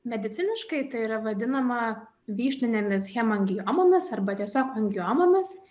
mediciniškai tai yra vadinama vyšninėmis hemangiomomis arba tiesiog angiomomis